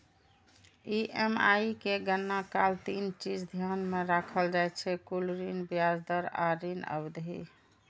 EMI के गणना काल तीन चीज ध्यान मे राखल जाइ छै, कुल ऋण, ब्याज दर आ ऋण अवधि